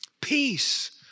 Peace